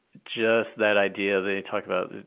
just that idea that we talked about,